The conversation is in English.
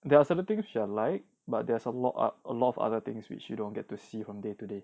there are certain things which are like but there's a lot of a lot of other things which you don't get to see from day to day